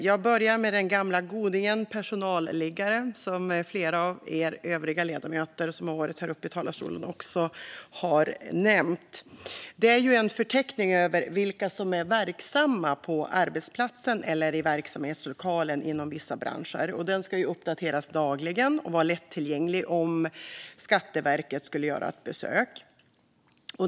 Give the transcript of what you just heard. Jag börjar med den gamla godingen personalliggare, som flera av de ledamöter som har varit uppe i talarstolen har nämnt. Det är en förteckning över vilka som är verksamma på arbetsplatsen eller i verksamhetslokalen inom vissa branscher. Den ska uppdateras dagligen och vara lättillgänglig om Skatteverket skulle göra ett besök.